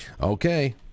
Okay